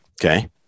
okay